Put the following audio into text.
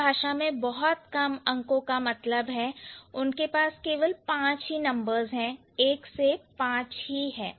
इस भाषा में बहुत कम अंकों का मतलब है कि उनके पास केवल पांच नंबर्स 1 से 5 ही है